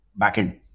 backend